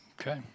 Okay